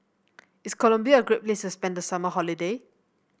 is Colombia a great place to spend the summer holiday